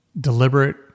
deliberate